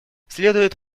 следует